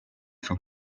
from